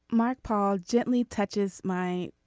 mark paul gently touches my.